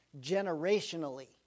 generationally